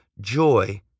joy